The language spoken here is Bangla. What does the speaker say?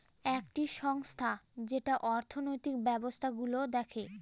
একটি সংস্থা যেটা অর্থনৈতিক ব্যবস্থা গুলো দেখে